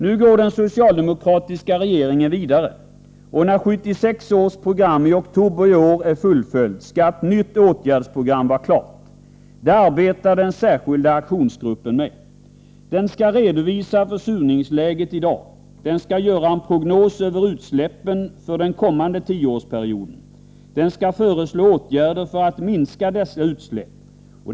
Nu går den socialdemokratiska regeringen vidare. När 1976 års program i oktober i år är fullföljt skall ett nytt åtgärdsprogram vara klart. Det arbetar den särskilda aktionsgruppen med. Den skall redovisa försurningsläget i dag. Den skall göra en prognos över utsläppen för den kommande tioårsperioden och den skall föreslå åtgärder för att minska dessa utsläpp.